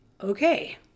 okay